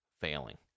failing